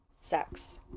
sex